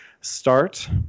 start